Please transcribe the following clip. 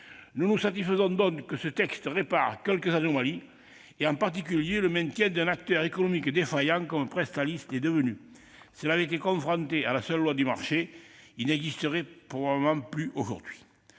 donc avec satisfaction que ce texte met un terme à quelques anomalies, en particulier le maintien d'un acteur économique défaillant comme Presstalis l'est devenu. S'il avait été confronté à la seule loi du marché, il n'existerait probablement plus aujourd'hui.